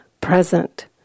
present